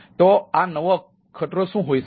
તો આ નવો ખતરો શું હોઈ શકે